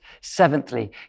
Seventhly